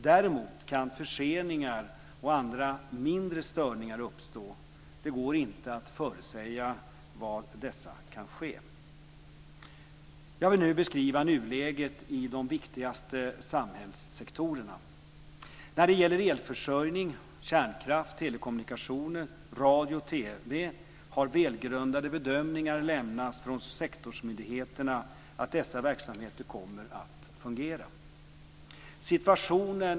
Däremot kan förseningar och andra mindre störningar uppstå. Det går inte att förutsäga var dessa kan ske. Jag vill nu beskriva nuläget i de viktigaste samhällssektorerna. När det gäller elförsörjning, kärnkraft, telekommunikationer, radio och TV har välgrundade bedömningar lämnats från sektorsmyndigheterna att dessa verksamheter kommer att fungera.